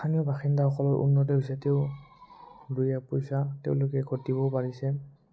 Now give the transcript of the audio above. স্থানীয় বাসিন্দাসকলৰ উন্নতি হৈছে তেওঁ দুই এপইচা তেওঁলোকে ঘটিবও পাৰিছে